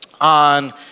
on